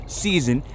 season